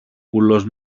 κουλός